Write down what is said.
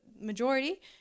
majority